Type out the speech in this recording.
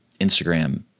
Instagram